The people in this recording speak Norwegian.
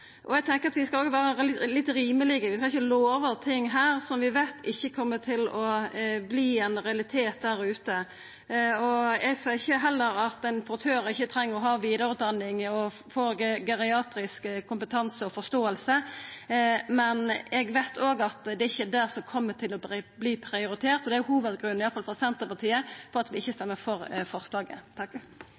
og eg tenkjer at vi skal vere litt rimelege. Vi skal ikkje lova ting her som vi veit ikkje kjem til å verta ein realitet der ute. Eg seier ikkje at ein portør ikkje treng vidareutdanning og å få geriatrisk kompetanse og forståing, men eg veit òg at det er ikkje det som kjem til å verta prioritert. Det er hovudgrunnen, iallfall for Senterpartiet, til at vi ikkje stemmer for forslaget.